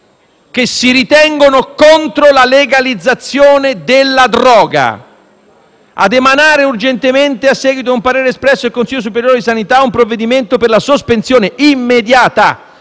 che si ritengono contro la legalizzazione della droga - ad emanare urgentemente, a seguito di un parere espresso dal Consiglio superiore di sanità, un provvedimento per la sospensione immediata